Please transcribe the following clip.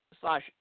slash